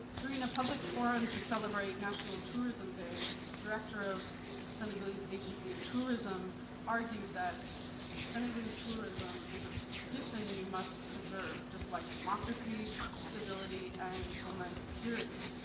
during a public forum to celebrate national tourism day, director of senegalese agency of tourism argued that senegalese tourism is a tradition we must preserve just like democracy, stability, and homeland security.